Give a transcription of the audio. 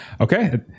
Okay